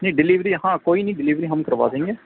نہیں ڈلیوری ہاں کوئی نہیں ڈلیوری ہم کروا دیں گے